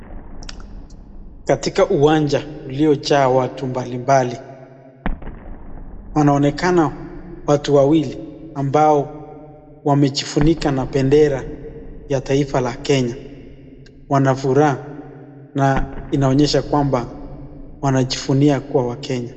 Katika uwanja uliojaa watu mbalimbali, panaonekana watu wawili ambao wamejifunika na bendera ya taifa la Kenya. Wana furaha na inaonyesha kwamba wanajivunia kuwa wakenya.